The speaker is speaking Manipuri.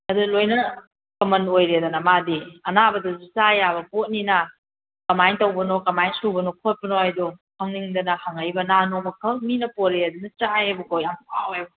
ꯑꯗꯨ ꯂꯣꯏꯅ ꯀꯃꯟ ꯑꯣꯏꯔꯦꯗꯅ ꯃꯥꯗꯤ ꯑꯅꯥꯕꯗꯁꯨ ꯆꯥ ꯌꯥꯕ ꯄꯣꯠꯅꯤꯅ ꯀꯃꯥꯏꯅ ꯇꯧꯕꯅꯣ ꯀꯃꯥꯏꯅ ꯁꯨꯕꯅꯣ ꯈꯣꯠꯄꯅꯣ ꯍꯥꯏꯗꯣ ꯈꯪꯅꯤꯡꯗꯅ ꯍꯪꯉꯛꯏꯕ ꯅꯍꯥꯟ ꯅꯣꯡꯃ ꯈꯛ ꯃꯤꯅ ꯄꯣꯔꯛꯑꯦꯗꯅ ꯆꯥꯏꯑꯦꯕꯀꯣ ꯌꯥꯝ ꯍꯥꯎꯋꯦꯕ